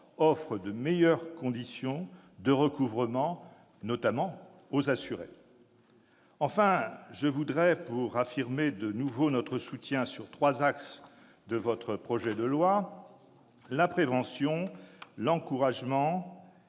offre de meilleures conditions de recouvrement, notamment aux assurés. Enfin, je voudrais de nouveau affirmer notre soutien sur trois axes de votre projet de loi : la prévention, l'encouragement